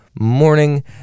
morning